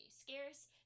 scarce